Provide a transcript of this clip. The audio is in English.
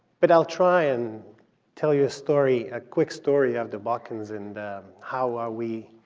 but i'll try and tell you a story, a quick story, of the balkans and how are we